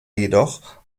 jedoch